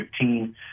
2015